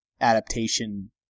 adaptation